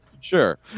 Sure